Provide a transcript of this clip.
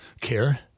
care